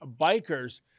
bikers